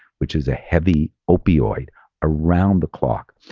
which is a heavy opioid around the clock.